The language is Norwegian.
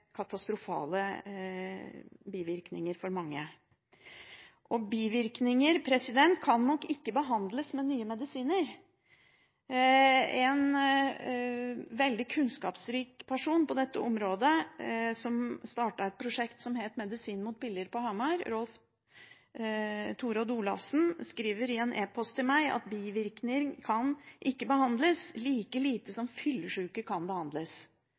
katastrofale bivirkninger for mange. Bivirkninger kan nok ikke behandles med nye medisiner. En veldig kunnskapsrik person på dette området, som startet et prosjekt på Hamar som het «Medisin mot piller», Rolf Torodd Olafsen, skriver i en e-post til meg at bivirkninger kan ikke behandles, like lite som fyllesyke kan behandles.